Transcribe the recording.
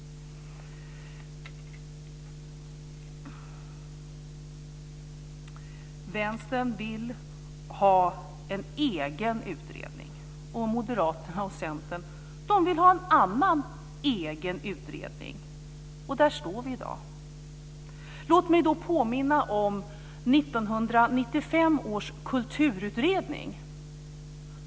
Vänstern vill ha en egen utredning. Moderaterna och Centern vill ha en annan egen utredning. Där står vi i dag. Låt mig då påminna om 1995 års kulturutredning.